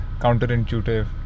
counterintuitive